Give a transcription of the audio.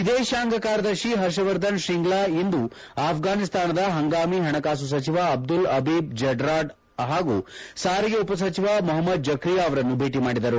ವಿದೇಶಾಂಗ ಕಾರ್ಯದರ್ಶಿ ಹರ್ಷವರ್ಧನ್ ಶ್ರಿಂಗ್ಲಾ ಇಂದು ಅಫ್ಟಾನಿಸ್ತಾನದ ಹಂಗಾಮಿ ಹಣಕಾಸು ಸಚಿವ ಅಬ್ಲುಲ್ ಅಬೀಬ್ ಝಡ್ರಾನ್ ಹಾಗೂ ಸಾರಿಗೆ ಉಪಸಚಿವ ಮೊಹಮ್ಮದ್ ಜಕ್ರಿಯಾ ಅವರನ್ನು ಭೇಟಿ ಮಾಡಿದ್ದರು